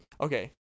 Okay